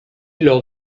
lors